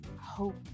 hope